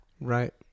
Right